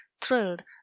thrilled